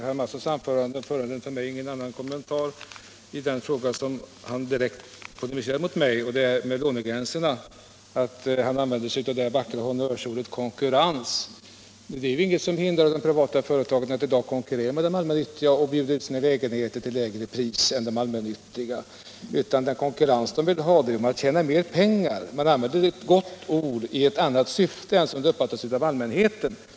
Herr talman! Herr Mattssons anförande föranleder ingen annan kommentar från mig än beträffande frågan om lånegränserna, där han polemiserade mot mig. Han använder sig av det vackra honnörsordet konkurrens. Ingenting hindrar emellertid de privata företagen att i dag konkurrera med de allmännyttiga och bjuda ut sina lägenheter till lägre pris än de allmännyttiga gör. De privata företagen vill ha konkurrens för att kunna tjäna mer pengar. Men ordet har ett gott rykte och uppfattas på annat sätt av allmänheten.